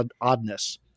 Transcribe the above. oddness